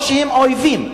או שהם אויבים.